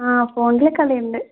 ആ ഫോണിലെ കളിയുണ്ട്